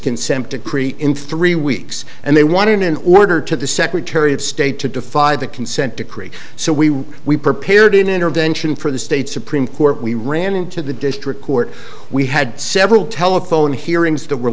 consent decree in three weeks and they wanted an order to the secretary of state to defy the consent decree so we we prepared an intervention for the state supreme court we ran into the district court we had several telephone hearings t